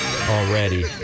already